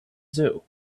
zoo